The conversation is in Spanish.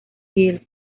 gill